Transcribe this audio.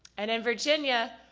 and in virginia,